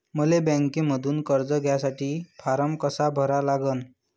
मले बँकेमंधून कर्ज घ्यासाठी फारम कसा भरा लागन?